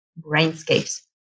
Brainscapes